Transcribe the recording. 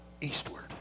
eastward